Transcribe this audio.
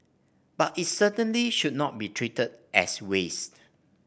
but it certainly should not be treated as waste